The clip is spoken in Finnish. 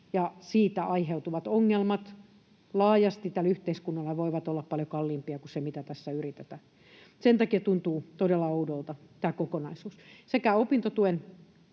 siitä aiheutuvat ongelmat laajasti tälle yhteiskunnalle voivat olla paljon kalliimpia kuin se, mitä tässä yritetään säästää. Sen takia tuntuu todella oudolta tämä kokonaisuus. Sekä opintotuen